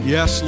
Yes